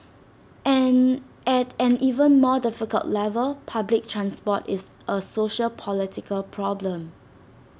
and at an even more difficult level public transport is A sociopolitical problem